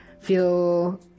feel